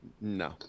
no